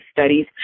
studies